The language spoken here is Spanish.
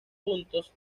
puntos